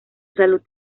salud